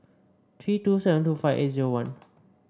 three two seven two five eight zero one